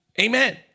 Amen